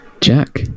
Jack